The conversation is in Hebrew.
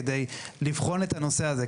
כדי לבחון את הנושא הזה.